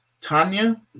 Tanya